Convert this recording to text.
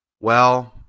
Well